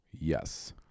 Yes